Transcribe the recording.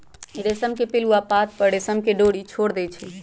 रेशम के पिलुआ पात पर रेशम के डोरी छोर देई छै